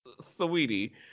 Sweetie